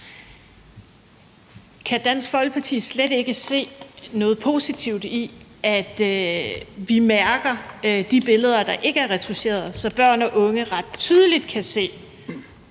Kan Dansk Folkeparti slet ikke se noget positivt i, at vi mærker de billeder, der ikke er retoucheret, så børn og unge ret tydeligt kan se,